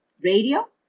radio